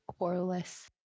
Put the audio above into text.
Coreless